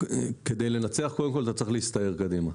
כדי לנצח אתה צריך להסתער קדימה.